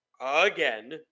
again